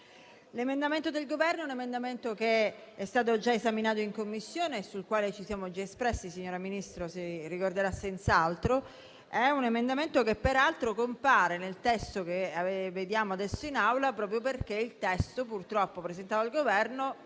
L'emendamento del Governo è già stato esaminato in Commissione e su di esso ci siamo già espressi (la signora Ministro lo ricorderà senz'altro). È un emendamento che peraltro compare nel testo che vediamo adesso in Aula proprio perché il testo presentato dal Governo